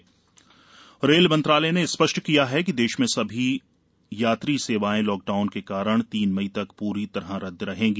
rail यात्री सेवाएं रेल मंत्रालय ने स्पष्ट किया है कि देश में सभी यात्री सेवाएं लॉकडाउन के कारण तीन मई तक पूरी तरह रद्द रहेंगी